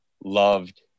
loved